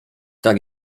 tak